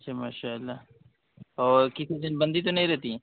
اچھا ماشاء اللہ اور کسی دن بندی تو نہیں رہتی ہے